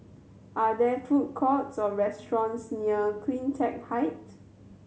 are there food courts or restaurants near Cleantech Height